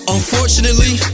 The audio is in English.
Unfortunately